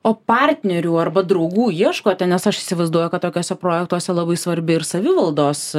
o partnerių arba draugų ieškote nes aš įsivaizduoju kad tokiuose projektuose labai svarbi ir savivaldos